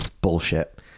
bullshit